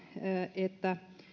että